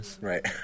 Right